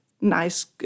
nice